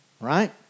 right